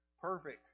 perfect